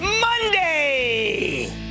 Monday